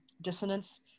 dissonance